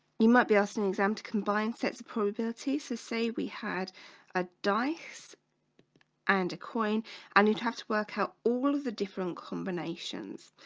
you might be asked an exam to combine set the probability so say we had a dice and a coin and you'd have to work out all the different combinations,